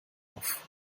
auf